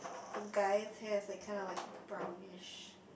the guy's hair is like kinda like brownish